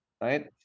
right